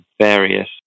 various